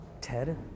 Ted